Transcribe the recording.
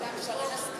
גם שרן השכל